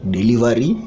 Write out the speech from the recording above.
Delivery